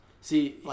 See